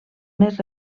més